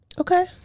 Okay